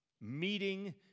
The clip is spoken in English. meeting